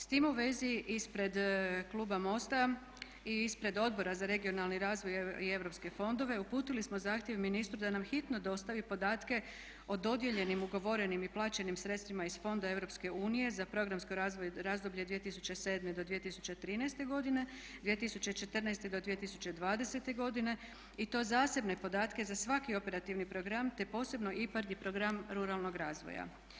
S time u vezi ispred kluba MOST-a i ispred Odbora za regionalni razvoj i europske fondove uputili smo zahtjev ministru da nam hitno dostavi podatke o dodijeljenim, ugovorenim i plaćenim sredstvima iz fonda Europske unije za programsko razdoblje 2007.-2013. godine, 2014.-2020. godine i to zasebne podatke za svaki operativni program te posebno IPARD i program ruralnog razvoja.